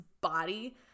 body